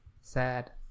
Sad